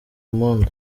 impundu